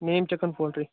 main chicken poultry